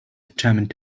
determined